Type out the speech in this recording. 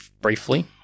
briefly